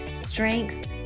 strength